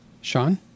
Sean